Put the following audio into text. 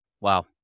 Wow